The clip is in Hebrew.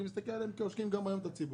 אני מסתכל עליהם גם היום כעושקים את הציבור.